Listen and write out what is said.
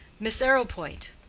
miss arrowpoint.